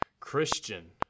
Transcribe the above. Christian